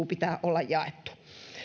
pitää olla jaettu